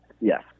yes